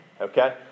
Okay